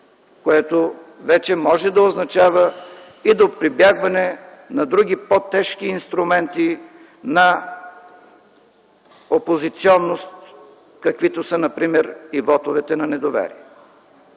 което вече може да означава и прибягване до други, по-тежки инструменти на опозиционност, каквито са например и вотовете на недоверие.